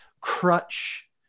crutch